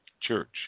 church